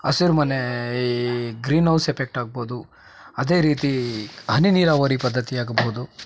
ಹಸಿರು ಮನೆ greenhouse effect ಆಗಬಹುದು ಅದೇ ರೀತಿ ಹನಿ ನೀರಾವರಿ ಪದ್ಧತಿ ಆಗಬಹುದು